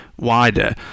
wider